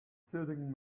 treating